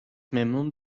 memnun